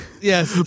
Yes